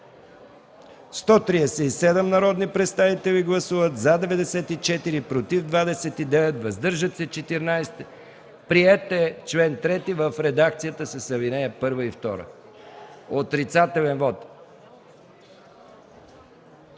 137 народни представители: за 94, против 29, въздържали се 14. Приет е чл. 3 в редакцията с алинеи 1 и 2. Отрицателен вот